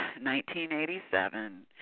1987